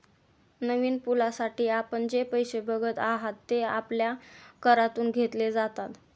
नवीन पुलासाठी आपण जे पैसे बघत आहात, ते आपल्या करातून घेतले जातात